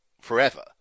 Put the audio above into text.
forever